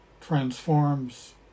transforms